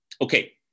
Okay